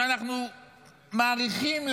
שאנחנו מאריכים,